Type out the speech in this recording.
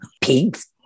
Pigs